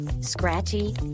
scratchy